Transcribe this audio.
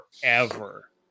forever